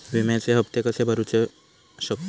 विम्याचे हप्ते कसे भरूचो शकतो?